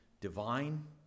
divine